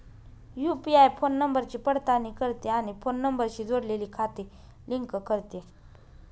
UPI phone नंबरची पडताळणी करते आणि फोन नंबरशी जोडलेली खाती लिंक करते